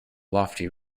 lofty